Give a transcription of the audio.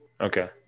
Okay